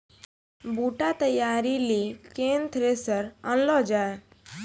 बूटा तैयारी ली केन थ्रेसर आनलऽ जाए?